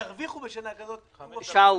ירוויחו בשנה כזאת הוא אפסי,